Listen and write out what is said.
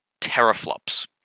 teraflops